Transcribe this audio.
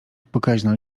pokaźna